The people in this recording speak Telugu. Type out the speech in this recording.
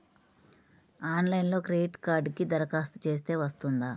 ఆన్లైన్లో క్రెడిట్ కార్డ్కి దరఖాస్తు చేస్తే వస్తుందా?